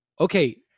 Okay